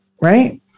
right